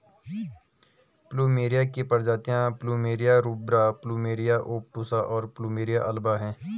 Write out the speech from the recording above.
plumeria की प्रजातियाँ plumeria rubra, plumeria obtusa, और प्लुमेरिया अल्बा हैं